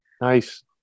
Nice